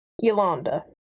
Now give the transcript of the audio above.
Yolanda